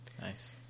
Nice